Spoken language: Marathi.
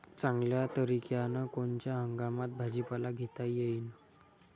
चांगल्या तरीक्यानं कोनच्या हंगामात भाजीपाला घेता येईन?